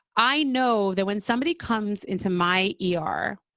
i know that when somebody comes into my e r,